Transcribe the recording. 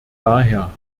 daher